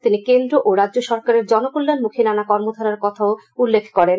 তিনি কেন্দ্র ও রাজ্য সরকারের জনকল্যাণমুখী নানা কর্মধারার কথাও উল্লেখ করেন